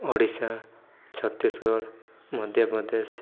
Odisha Chhattisgarh Madhya Pradesh